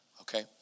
okay